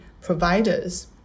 providers